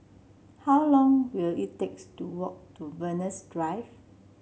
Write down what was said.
how long will it takes to walk to Venus Drive